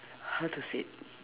how to say